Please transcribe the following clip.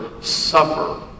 suffer